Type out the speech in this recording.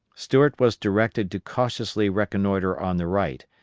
stuart was directed to cautiously reconnoitre on the right,